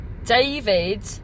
David